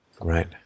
Right